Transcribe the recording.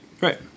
Right